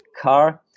car